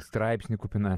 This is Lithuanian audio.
straipsnį kupiną